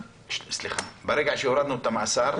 ברגע שהורדנו את המאסר,